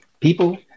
People